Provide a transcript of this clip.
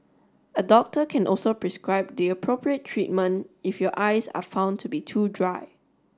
a doctor can also prescribe the appropriate treatment if your eyes are found to be too dry